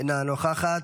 אינה נוכחת.